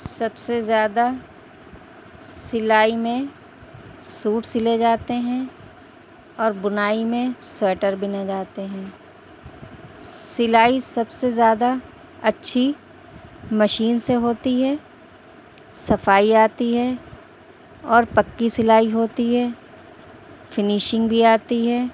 سب سے زيادہں سلائى ميں سوٹ سِلے جاتے ہيں اور بُنائى ميں سويٹر بُنے جاتے ہيں سلائى سب سے زیادہ اچھی مشین سے ہوتی ہے صفائى آتى ہے اور پكّى سلائى ہوتى ہے فنیشنگ بھى آتی ہے